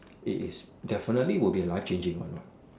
it is definitely would be a life changing one what